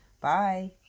Bye